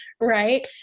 right